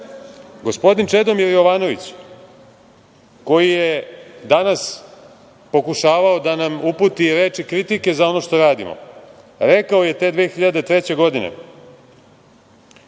Vučićem. Gospodin Čedomir Jovanović, koji je danas pokušavao da nam uputi reči kritike za ono što radimo, rekao je te 2003. godine: